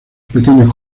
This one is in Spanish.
pequeños